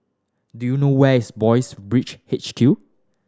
do you know where is Boys' Brigade H Q